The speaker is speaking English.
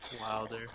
Wilder